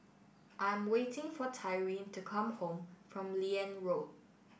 I'm waiting for Tyrin to come back from Liane Road